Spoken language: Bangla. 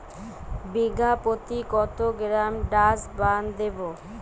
বিঘাপ্রতি কত গ্রাম ডাসবার্ন দেবো?